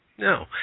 No